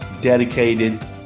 dedicated